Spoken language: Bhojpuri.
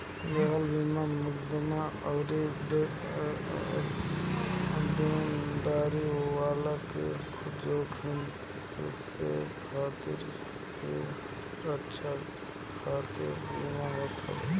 देयता बीमा मुकदमा अउरी देनदारी वाला के जोखिम से खरीदार के रक्षा खातिर बीमा होत हवे